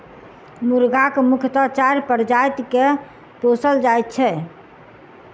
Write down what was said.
मुर्गाक मुख्यतः चारि प्रजाति के पोसल जाइत छै